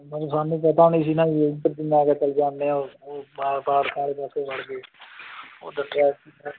ਨਹੀਂ ਸਾਨੂੰ ਪਤਾ ਨਹੀਂ ਸੀ ਨਾ ਜੀ ਮੈਂ ਕਿਹਾ ਚਲ ਜਾਣੇ ਆਹਾਂ ਓਹ ਫਾ ਫਾਟਕਾਂ ਵਾਲੇ ਪਾਸੇ ਵੜਗੇ ਉਧਰ ਟ੍ਰੈਫਿਕ ਹੀ ਬਹੁਤ